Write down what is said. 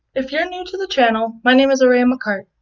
if you're new to the channel, my name is araya mccart.